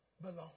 Belong